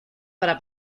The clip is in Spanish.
para